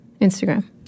Instagram